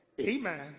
Amen